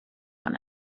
one